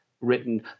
written